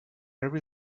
every